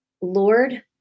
Lord